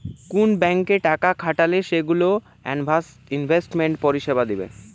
কুন ব্যাংকে টাকা খাটালে সেগুলো ইনভেস্টমেন্ট পরিষেবা দিবে